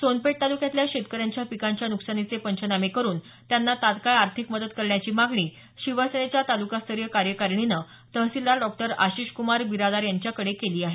सोनपेठ तालुक्यातल्या शेतकऱ्यांच्या पिकांच्या नुकसानीचे पंचनामे करून त्यांना तात्काळ आर्थिक मदत करण्याची मागणी शिवसेनेच्या तालुकास्तरिय कार्यकारीणीनं तहसीलदार डॉक्टर आशिषक्रमार बिरादार यांच्याकडे केली आहे